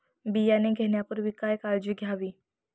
बियाणे घेण्यापूर्वी काय काळजी घ्यावी?